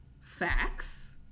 Facts